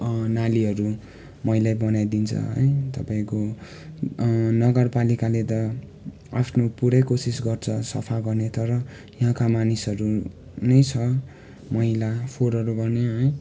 नालीहरू मैलै बनाइदिन्छ है तपाईँको नगरपालिकाले त आफ्नो पुरै कोसिस गर्छ सफा गर्ने तर यहाँका मानिसहरू नै छ मैला फोहोरहरू गर्ने है